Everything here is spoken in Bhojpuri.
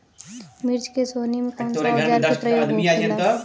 मिर्च के सोहनी में कौन सा औजार के प्रयोग होखेला?